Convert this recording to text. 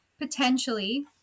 potentially